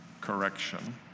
correction